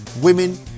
women